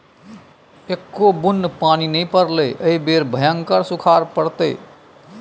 एक्को बुन्न पानि नै पड़लै एहि बेर भयंकर सूखाड़ पड़तै